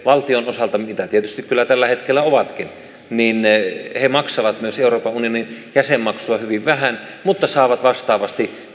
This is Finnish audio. valtion osalta täytyy kyllä tällä hetkellä ovatkin niin ne maksavat myös euroopan unionin jäsenmaksua hyvin vähän mutta saavat vastaavasti